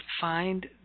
find